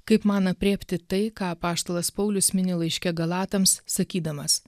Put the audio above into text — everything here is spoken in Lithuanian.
kaip man aprėpti tai ką apaštalas paulius mini laiške galatams sakydamas